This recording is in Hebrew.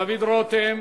דוד רותם.